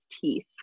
teeth